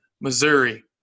Missouri